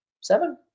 seven